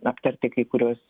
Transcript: aptarti kai kuriuos